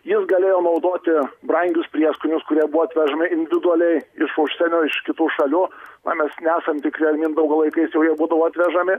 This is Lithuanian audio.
jis galėjo naudoti brangius prieskonius kurie buvo atvežami individualiai iš užsienio iš kitų šalių na mes nesam tikri ar mindaugo laikais jau jie būdavo atvežami